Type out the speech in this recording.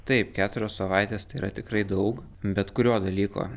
taip keturios savaitės tai yra tikrai daug bet kurio dalyko